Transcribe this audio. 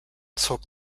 zog